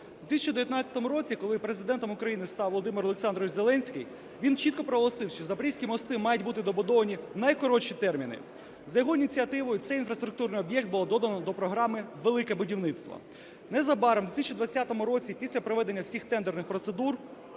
В 2019 році, коли Президентом України став Володимир Олександрович Зеленський, він чітко проголосив, що запорізькі мости мають бути добудовані в найкоротші терміни. За його ініціативою цей інфраструктурний об'єкт було додано до програми "Велике будівництво". Незабаром, в 2020 році, після проведення всіх тендерних процедур